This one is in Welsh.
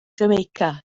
jamaica